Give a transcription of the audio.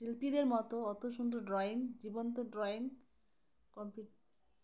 শিল্পীদের মতো অত সুন্দর ড্রয়িং জীবন্ত ড্রয়িং কম্পি